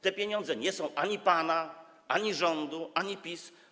Te pieniądze nie są ani pana, ani rządu, ani PiS.